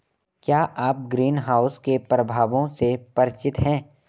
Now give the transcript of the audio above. क्या आप ग्रीनहाउस के प्रभावों से परिचित हैं?